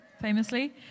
Famously